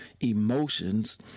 emotions